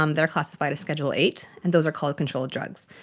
um they are classified as schedule eight, and those are called controlled drugs.